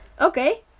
Okay